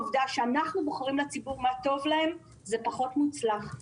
כשאנחנו בוחרים לציבור מה טוב להם זה פחות מוצלח.